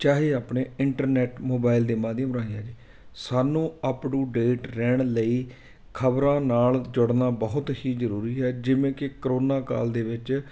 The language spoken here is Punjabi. ਚਾਹੇ ਆਪਣੇ ਇੰਟਰਨੈਟ ਮੋਬਾਈਲ ਦੇ ਮਾਧਿਅਮ ਰਾਹੀਂ ਆ ਜੇ ਸਾਨੂੰ ਅਪ ਟੂ ਡੇਟ ਰਹਿਣ ਲਈ ਖਬਰਾਂ ਨਾਲ ਜੁੜਨਾ ਬਹੁਤ ਹੀ ਜ਼ਰੂਰੀ ਹੈ ਜਿਵੇਂ ਕਿ ਕਰੋਨਾ ਕਾਲ ਦੇ ਵਿੱਚ